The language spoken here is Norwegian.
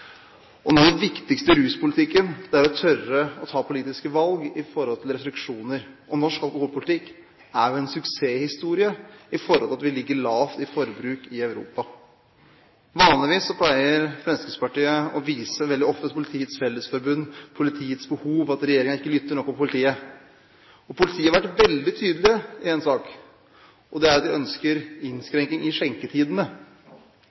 innlegg. Noe av det viktigste i ruspolitikken er å tørre å ta politiske valg i forhold til restriksjoner. Norsk alkoholpolitikk er en suksesshistorie i og med at vi ligger lavt i Europa-sammenheng når det gjelder forbruk. Vanligvis pleier Fremskrittspartiet å vise til Politiets Fellesforbund, politiets behov, og at regjeringen ikke lytter nok til politiet. Politiet har vært veldig tydelig i en sak: De ønsker